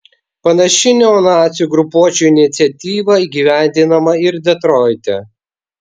panaši neonacių grupuočių iniciatyva įgyvendinama ir detroite